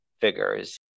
figures